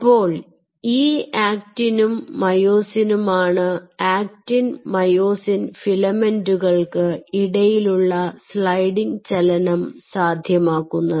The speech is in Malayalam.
അപ്പോൾ ഈ ആക്റ്റിനും മയോസിനും ആണ് ആക്ടിൻ മായോസിൻ ഫിലമെന്റുകൾക്ക് ഇടയിലുള്ള സ്ലൈഡിങ് ചലനം സാധ്യമാക്കുന്നത്